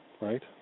right